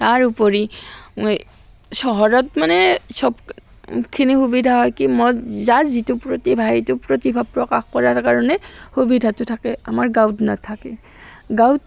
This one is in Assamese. তাৰ উপৰি মই চহৰত মানে চবখিনি সুবিধা হয় কি মই যাৰ যিটো প্ৰতিভা সেইটো প্ৰতিভা প্ৰকাশ কৰাৰ কাৰণে সুবিধাটো থাকে আমাৰ গাঁৱত নাথাকে গাঁৱত